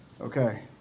Okay